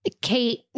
Kate